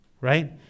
right